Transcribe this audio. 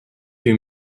you